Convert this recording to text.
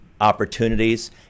opportunities